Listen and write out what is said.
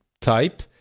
type